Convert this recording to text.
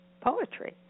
poetry